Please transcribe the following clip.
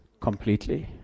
completely